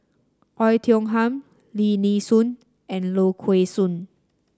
Oei Tiong Ham Lim Nee Soon and Low Kway Song